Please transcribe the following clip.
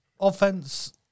offense